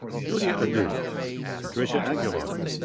julia adduce. patricia aguilar.